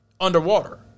underwater